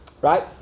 right